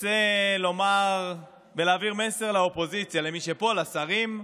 רוצה לומר ולהעביר מסר לקואליציה, למי שפה, לשרים,